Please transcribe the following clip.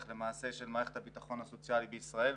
למעשה של מערכת הביטחון הסוציאלי בישראל.